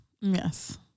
Yes